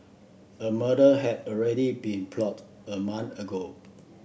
a murder had already been plot a month ago